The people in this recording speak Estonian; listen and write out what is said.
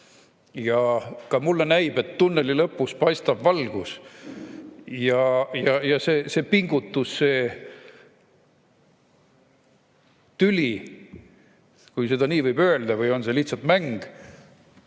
Ja ka mulle näib, et tunneli lõpus paistab valgus. See pingutus, see tüli, kui selle kohta nii võib öelda, või lihtsalt mäng